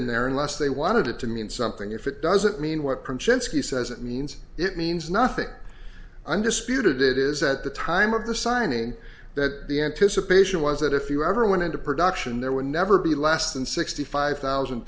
in there unless they wanted it to mean something if it doesn't mean what he says it means it means nothing undisputed it is at the time of the signing that the anticipation was that if you ever went into production there would never be less than sixty five thousand